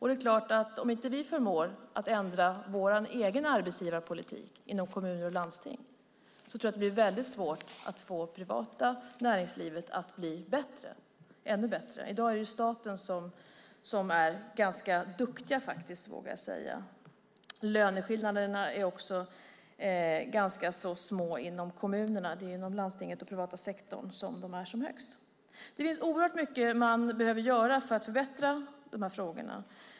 Det är klart att om inte vi förmår ändra vår egen arbetsgivarpolitik inom kommuner och landsting så blir det väldigt svårt att få det privata näringslivet att bli ännu bättre. I dag är det staten som är ganska duktig, vågar jag säga. Löneskillnaderna är också ganska små inom kommunerna. Det är inom landstinget och den privata sektorn som de är som högst. Det finns oerhört mycket man behöver göra för att förbättra i de här frågorna.